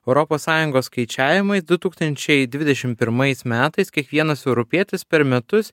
europos sąjungos skaičiavimais du tūkstančiai dvidešim pirmais metais kiekvienas europietis per metus